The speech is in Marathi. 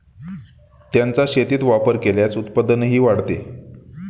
त्यांचा शेतीत वापर केल्यास उत्पादनही वाढते